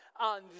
on